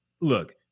look